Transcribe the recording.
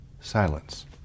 Silence